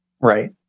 Right